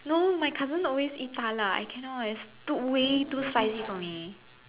no my cousin always eat 大辣 I can not it's too way too spicy for me